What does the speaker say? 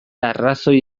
arrazoi